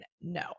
No